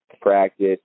Practice